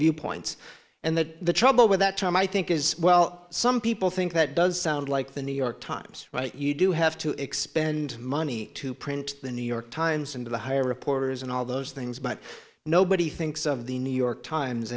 viewpoints and that the trouble with that tom i think is well some people think that does sound like the new york times but you do have to expend money to print the new york times and the higher reporters and all those things but nobody thinks of the new york times